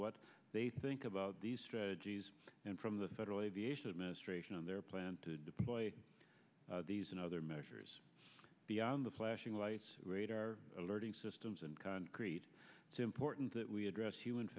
what they think about these strategies and from the federal aviation administration on their plan to deploy these and other measures beyond the flashing lights radar alerting systems and concrete it's important that we address human